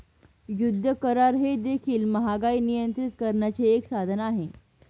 युद्ध करार हे देखील महागाई नियंत्रित करण्याचे एक साधन आहे